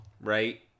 right